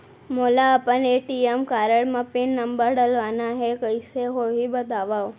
मोला अपन ATM card म पिन नंबर डलवाना हे कइसे होही बतावव?